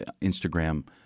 Instagram